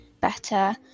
better